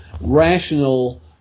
rational